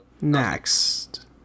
Next